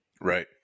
Right